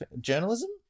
journalism